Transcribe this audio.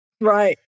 Right